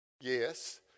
Yes